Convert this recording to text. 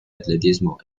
atletismo